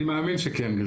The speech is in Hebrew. אני מאמין שכן.